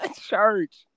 church